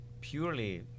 purely